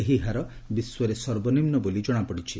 ଏହି ହାର ବିଶ୍ୱରେ ସର୍ବନିମ୍ନ ବୋଲି ଜଣାପଡ଼ିଛି